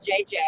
JJ